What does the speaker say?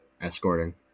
Escorting